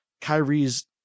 Kyrie's